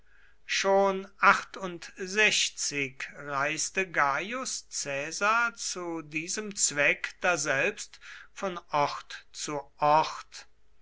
schon reiste gaius caesar zu diesem zweck daselbst von ort zu ort